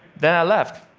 then i left.